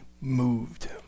moved